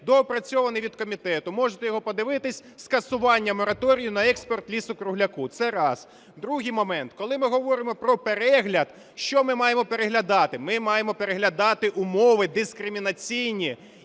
доопрацьований від комітету, можете його подивитись. Скасування мораторію на експорт лісу-кругляка. Це раз. Другий момент. Коли ми говоримо про перегляд, що ми маємо переглядати? Ми маємо переглядати умови дискримінаційні